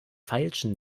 feilschen